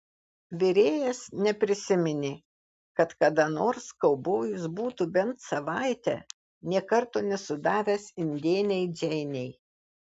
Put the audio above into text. virėjas neprisiminė kad kada nors kaubojus būtų bent savaitę nė karto nesudavęs indėnei džeinei